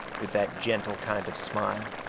with that gentle kind of smile.